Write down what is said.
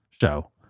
show